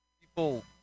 people